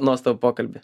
nuostabų pokalbį